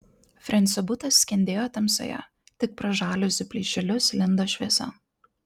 frensio butas skendėjo tamsoje tik pro žaliuzių plyšelius lindo šviesa